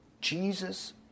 Jesus